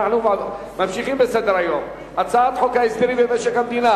אנחנו ממשיכים בסדר-היום: הצעת חוק הסדרים במשק המדינה